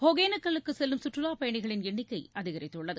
ஒகனேக்கலுக்கு செல்லும் சுற்றுலா பயணிகளின் எண்ணிக்கை அதிகரித்துள்ளது